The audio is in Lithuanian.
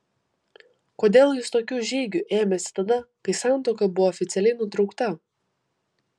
kodėl jis tokių žygių ėmėsi tada kai santuoka buvo oficialiai nutraukta